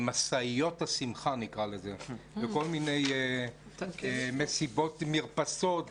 משאיות השמחה נקרא לזה וכל מיני מסיבות מרפסות,